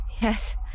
Yes